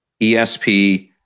ESP